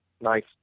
nice